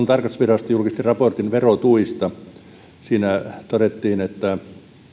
tarkastusvirasto julkisti raportin verotuista siinä todettiin että